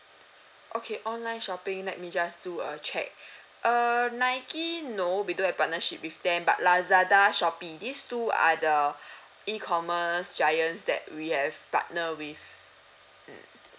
okay online shopping let me just do a check err Nike no we don't have partnership with them but Lazada Shopee these two are the E commerce giants that we have partner with mm